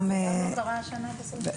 זה גם לא קרה השנה בסוף.